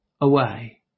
away